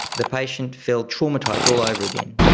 the patient felt traumatised all over again.